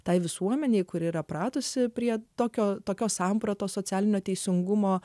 tai visuomenė kuri yra pratusi prie tokio tokios sampratos socialinio teisingumo